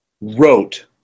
wrote